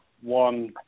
one